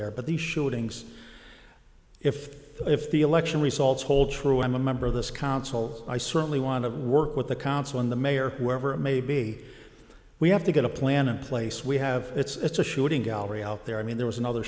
there but the shootings if if the election results hold true i'm a member of this council i certainly want to work with the council on the mayor wherever it may be we have to get a plan in place we have it's a shooting gallery out there i mean there was another